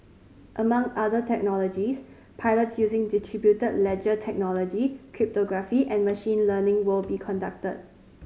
among other technologies pilots using distributed ledger technology cryptography and machine learning will be conducted